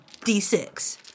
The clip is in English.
d6